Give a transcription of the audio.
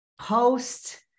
Post